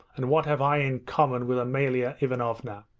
and what have i in common with amalia ivanovna?